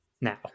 now